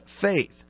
faith